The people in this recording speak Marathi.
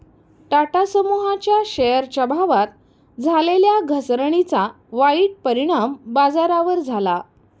टाटा समूहाच्या शेअरच्या भावात झालेल्या घसरणीचा वाईट परिणाम बाजारावर झाला